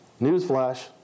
Newsflash